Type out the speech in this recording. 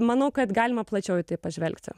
manau kad galima plačiau į tai pažvelgti